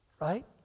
right